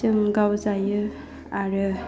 जों गाव जायो आरो